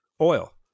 Oil